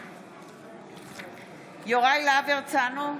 בעד יוראי להב הרצנו,